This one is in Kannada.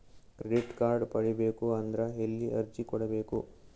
ಕ್ರೆಡಿಟ್ ಕಾರ್ಡ್ ಪಡಿಬೇಕು ಅಂದ್ರ ಎಲ್ಲಿ ಅರ್ಜಿ ಕೊಡಬೇಕು?